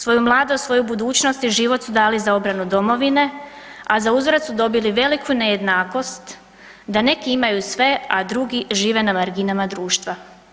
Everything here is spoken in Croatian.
Svoju mladost, svoju budućnost i život su dali za obranu domovine, a za uzvrat su dobili veliku nejednakost da neki imaju sve, a drugi žive na marginama društva.